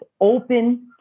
open